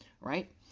right